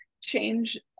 change